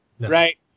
Right